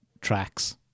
tracks